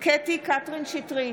קטי קטרין שטרית,